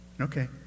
Okay